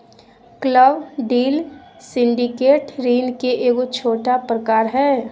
club deal syndicate ऋण के एगो छोटा प्रकार हय